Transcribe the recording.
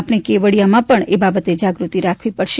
આપણે કેવડીયામાં પણ એ બાબતે જાગૃતિ રાખવી પડશે